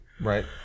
Right